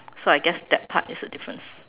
so I guess that part is the difference